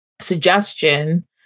suggestion